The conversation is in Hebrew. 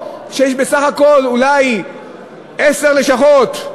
כשיש בסך הכול אולי עשר לשכות,